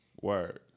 Word